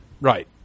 Right